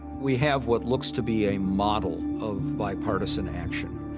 we have what looks to be a model of bipartisan action.